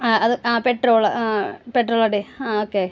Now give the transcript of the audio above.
ആ അത് ആ പെട്രോള് പെട്രോള് അടി ആ ഓക്കേ